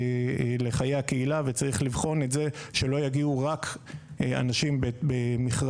לחיי הקהילה וצריך לבחון את זה שלא יגיעו רק אנשים במכרזים